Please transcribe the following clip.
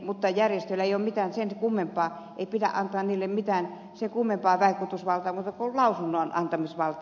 mutta järjestöille ei pidä antaa mitään sen kummempaa vaikutusvaltaa kuin lausunnonantamisvalta